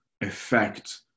effect